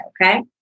Okay